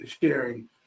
sharing